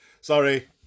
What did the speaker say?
Sorry